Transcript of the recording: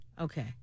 Okay